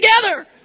together